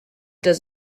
does